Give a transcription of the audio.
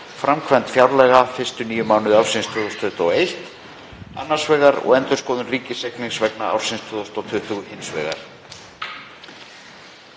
Framkvæmd fjárlaga fyrstu níu mánuði ársins 2021 annars vegar og Endurskoðun ríkisreiknings vegna ársins 2020 hins vegar.